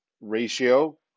ratio